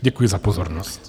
Děkuji za pozornost.